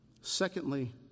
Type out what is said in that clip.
Secondly